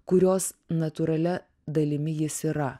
kurios natūralia dalimi jis yra